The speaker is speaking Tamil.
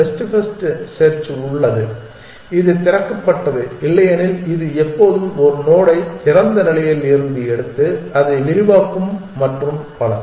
பெஸ்ட் ஃபர்ஸ்ட் செர்ச் உள்ளது இது திறக்கப்பட்டது இல்லையெனில் அது எப்போதும் ஒரு நோடை திறந்த நிலையில் இருந்து எடுத்து அதை விரிவாக்கும் மற்றும் பல